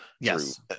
Yes